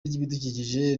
ry’ibidukikije